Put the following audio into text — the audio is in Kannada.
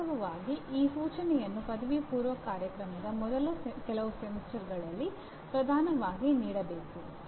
ವಾಸ್ತವವಾಗಿ ಈ ಸೂಚನೆಯನ್ನು ಪದವಿಪೂರ್ವ ಕಾರ್ಯಕ್ರಮದ ಮೊದಲ ಕೆಲವು ಸೆಮಿಸ್ಟರ್ಗಳಲ್ಲಿ ಪ್ರಧಾನವಾಗಿ ನೀಡಬೇಕು